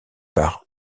par